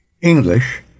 English